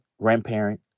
grandparent